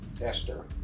Esther